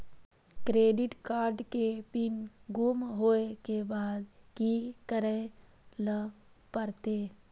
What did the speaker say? Credit card के pin गुम होय के बाद की करै ल परतै?